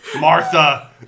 Martha